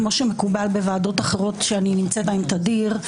כמו שמקובל בוועדות אחרות שאני נמצאת בהן תדיר,